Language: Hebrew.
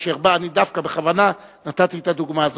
אני דווקא בכוונה נתתי את הדוגמה הזאת.